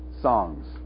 songs